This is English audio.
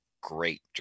great